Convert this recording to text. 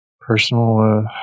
personal